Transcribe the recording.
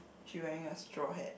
she wearing a straw hat